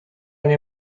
nie